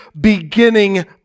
beginning